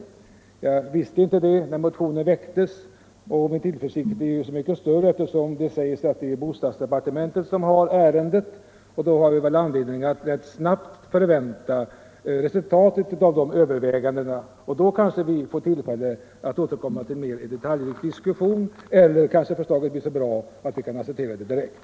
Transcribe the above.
Jag visste inte det när motionen väcktes. Min tillförsikt är så mycket större som det meddelas att det är bostadsdepartementet som handlägger ärendet. Mot den bakgrunden har vi väl anledning att rätt snabbt förvänta oss resultatet av dessa överväganden. Då kanske vi får tillfälle att återkomma med en detaljdiskussion - om nu inte förslaget är så bra att vi kan acceptera det direkt.